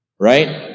right